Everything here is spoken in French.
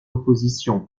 opposition